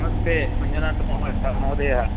नमस्ते मञ्जुनाथ महोदय